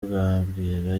mbabwira